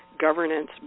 governance